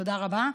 תודה רבה.